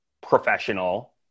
professional